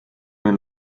mir